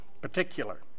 particular